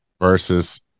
versus